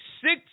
six